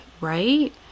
right